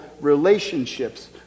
relationships